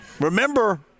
Remember